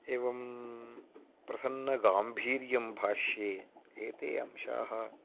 एवं प्रसन्नगाम्भीर्यं भाष्ये एते अंशाः